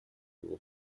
его